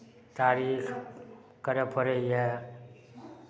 तारीख करय पड़ैए